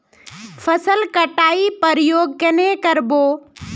फसल कटाई प्रयोग कन्हे कर बो?